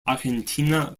argentina